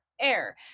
air